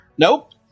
Nope